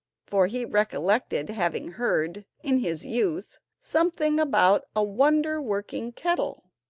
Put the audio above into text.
for he recollected having heard, in his youth, something about a wonder-working kettle.